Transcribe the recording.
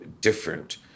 different